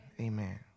amen